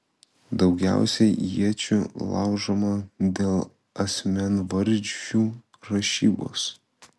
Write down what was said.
daugiausiai iečių laužoma dėl asmenvardžių rašybos